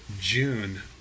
June